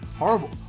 horrible